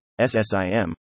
SSIM